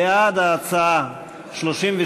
בעד ההצעה, 32,